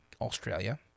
Australia